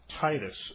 Titus